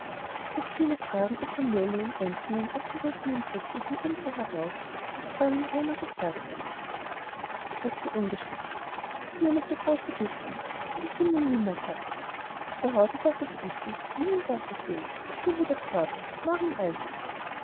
durch viele fragen bekam nellie in einzelnen abgerissenen sätzen von ilse heraus was fräulein raimar gesagt hatte ich esse ungeschickt ich nehme zu große bissen und ich bin ein nimmersatt zu hause darf ich essen wie und was ich will ich will wieder fort morgen reise ich